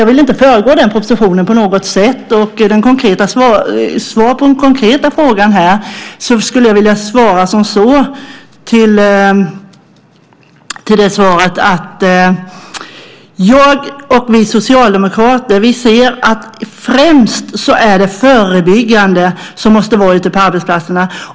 Jag vill inte på något sätt föregå propositionen, men som ett svar på den konkreta frågan skulle jag vilja säga: Jag och vi socialdemokrater ser att det främst handlar om det förebyggande ute på arbetsplatserna.